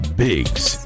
biggs